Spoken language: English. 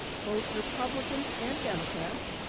both republicans and democrats,